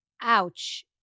Ouch